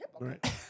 right